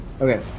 Okay